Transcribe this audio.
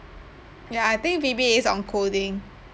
ya I think V_B_A_ is on coding